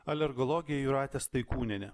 alergologė jūratė staikūnienė